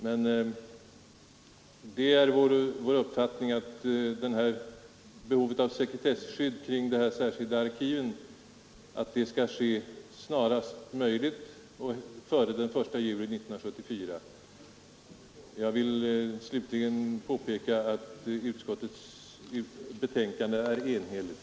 Men det är som sagt vår utgångspunkt att behovet av sekretesskydd kring dessa arkiv skall åstadkommas snarast möjligt och i varje fall före den 1 juli 1974. Jag vill slutligen påpeka att utskottsbetänkandet är enhälligt.